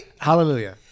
Hallelujah